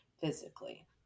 physically